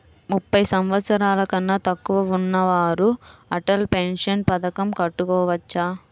ముప్పై సంవత్సరాలకన్నా తక్కువ ఉన్నవారు అటల్ పెన్షన్ పథకం కట్టుకోవచ్చా?